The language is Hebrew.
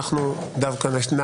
שלום רב, אני מתכבד לפתוח את הישיבה.